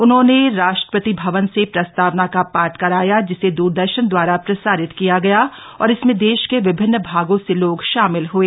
उन्होंने राष्ट्रपति भवन से प्रस्तावना का पाठ कराया जिसे द्रदर्शन दवारा प्रसारित किया गया और इसमें देश के विभिन्न भागों से लोग शामिल हए